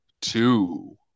two